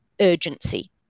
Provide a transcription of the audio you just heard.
urgency